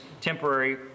temporary